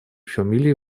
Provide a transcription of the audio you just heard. фамилии